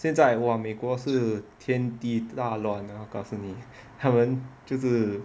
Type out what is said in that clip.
现在哇美国是天地大乱啊告诉你他们就是